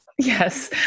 Yes